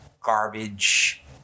garbage